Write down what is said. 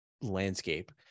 landscape